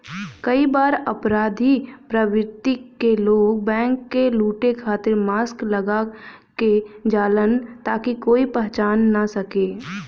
कई बार अपराधी प्रवृत्ति क लोग बैंक क लुटे खातिर मास्क लगा क जालन ताकि कोई पहचान न सके